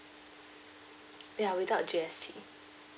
ya without G_S_T